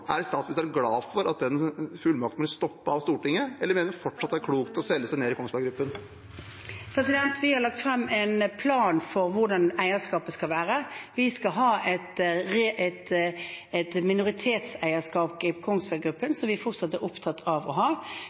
Er statsministeren glad for at den fullmakten ble stoppet av Stortinget, eller mener hun fortsatt det er klokt å selge seg ned i Kongsberg Gruppen? Vi har lagt frem en plan for hvordan eierskapet skal være. Vi skal ha et minoritetseierskap i Kongsberg Gruppen, som vi fortsatt er opptatt av å ha.